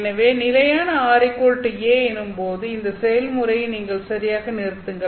எனவே நிலையான r a எனும்போது இந்த செயல்முறையை நீங்கள் சரியாக நிறுத்துங்கள்